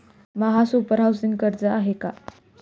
महासुपर हाउसिंग कर्ज आहे का?